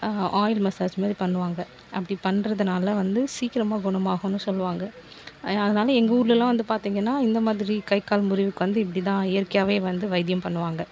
oil massage மாதிரி பண்ணுவாங்கள் அப்படி பண்ணுறதுனால வந்து சீக்கிரமாக குணமாகுன்னு சொல்லுவாங்க அதனால் எங்கள் ஊர்லெலாம் வந்து பார்த்தீங்கன்னா இந்த மாதிரி கை கால் முறிவுக்கு வந்து இப்படி தான் இயற்கையாகவே வந்து வைத்தியம் பண்ணுவாங்கள்